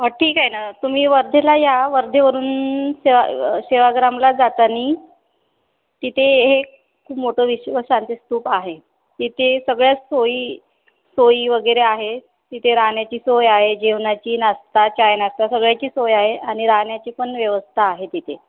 हा ठीकय ना तुम्ही वर्धेला या वर्धेवरून सेवा सेवाग्रामला जाताना तिथे एक खूप मोठं विश्वशांती स्तूप आहे तिथे सगळ्याच सोयी सोयी वगैरे आहे तिथे राहण्याची सोय आहे जेवणाची नाश्ता चहा नाश्ता सगळ्याची सोय आहे आणि राहण्याची पण व्यवस्था आहे तिथे